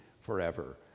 forever